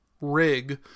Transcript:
rig